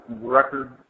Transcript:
record